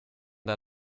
der